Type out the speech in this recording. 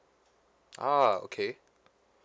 ah okay